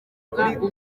muryango